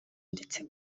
ndetse